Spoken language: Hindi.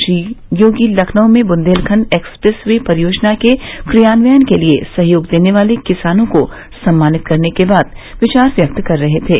श्री योगी लखनऊ में बुन्देलखंड एक्सप्रेस वे परियोजना के क्रियान्वयन के लिये सहयोग देने वाले किसानों को सम्मानित करने के बाद विचार व्यक्त कर रहे थे